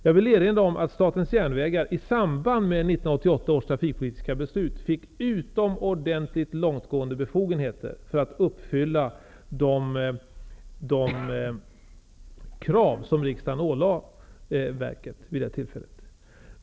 Jag vill erinra om att Statens järnvägar i samband med 1988 års trafikpolitiska beslut fick utomordentligt långtgående befogenheter för att uppfylla de krav som riksdagen ålade verket vid det tillfället.